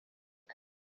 kare